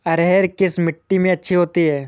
अरहर किस मिट्टी में अच्छी होती है?